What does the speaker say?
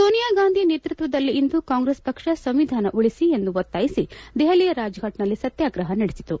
ಸೋನಿಯಾಗಾಂಧಿ ನೇತೃತ್ವದಲ್ಲಿಂದು ಕಾಂಗ್ರೆಸ್ ಪಕ್ಷ ಸಂವಿಧಾನ ಉಳಿಸಿ ಎಂದು ಒತ್ತಾಯಿಸಿ ದೆಹಲಿಯ ರಾಜಘಾಟ್ ನಲ್ಲಿ ಸತ್ಯಾಗ್ರಹ ನಡೆಸಿತು